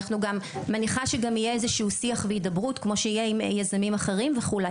אני מניחה שגם יהיה איזשהו שיח והידברות כמו שיהיה עם יזמים אחרים וכו'.